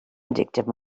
addictive